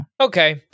okay